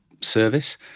service